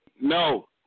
No